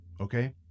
okay